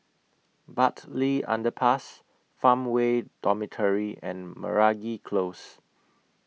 Bartley Underpass Farmway Dormitory and Meragi Close